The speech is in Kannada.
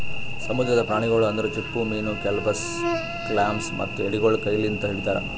ಸಮುದ್ರದ ಪ್ರಾಣಿಗೊಳ್ ಅಂದುರ್ ಚಿಪ್ಪುಮೀನು, ಕೆಲ್ಪಸ್, ಕ್ಲಾಮ್ಸ್ ಮತ್ತ ಎಡಿಗೊಳ್ ಕೈ ಲಿಂತ್ ಹಿಡಿತಾರ್